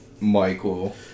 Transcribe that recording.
Michael